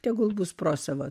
tegul bus pro savas